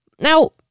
Now